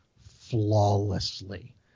flawlessly